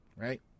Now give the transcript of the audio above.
right